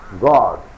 God